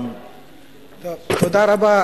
תודה רבה.